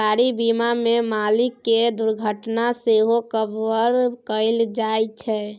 गाड़ी बीमा मे मालिक केर दुर्घटना सेहो कभर कएल जाइ छै